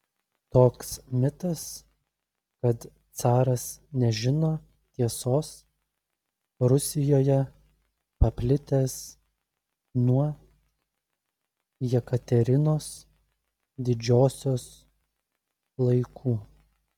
toks mitas kad caras nežino tiesos rusijoje paplitęs nuo jekaterinos didžiosios laikų